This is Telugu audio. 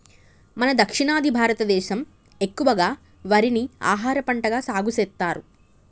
మన దక్షిణాది భారతదేసం ఎక్కువగా వరిని ఆహారపంటగా సాగుసెత్తారు